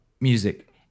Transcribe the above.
music